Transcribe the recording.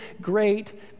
great